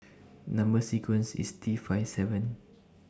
Number sequence IS T five seven